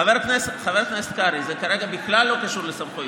חבר הכנסת קרעי, זה כרגע בכלל לא קשור לסמכויות.